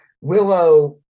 Willow